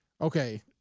okay